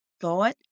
thought